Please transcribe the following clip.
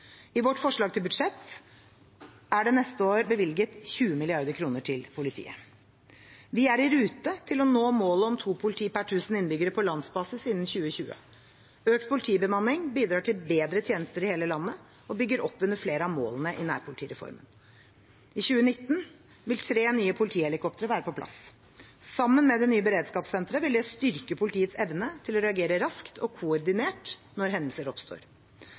I vårt forslag til budsjettet for neste år er det bevilget 20 mrd. kr politiet. Vi er i rute til å nå målet om to politifolk per tusen innbyggere på landsbasis innen 2020. Økt politibemanning bidrar til bedre tjenester i hele landet og bygger opp under flere av målene i nærpolitireformen. I 2019 vil tre nye politihelikoptre være på plass. Sammen med det nye beredskapssenteret vil dette styrke politiets evne til å reagere raskt og koordinert når hendelser oppstår.